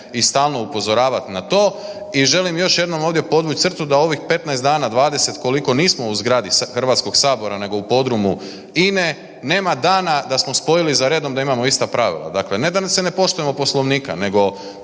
i stalno upozoravat na to i želim još jednom ovdje podvuć crtu da ovih 15 dana, 20 koliko nismo u zgradi Hrvatskog sabora, nego u podrumu INE nema dana smo spojili za redom da imamo ista pravila. Dakle, ne da se ne poštujemo Poslovnika nego